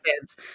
kids